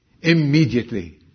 Immediately